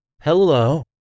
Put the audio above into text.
Hello